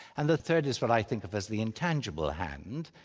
and the third is what i think of as the intangible hand.